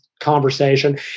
conversation